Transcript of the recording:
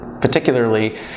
particularly